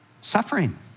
suffering